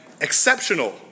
exceptional